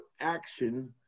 action